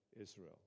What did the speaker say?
Israel